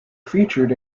featured